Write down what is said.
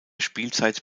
spielzeit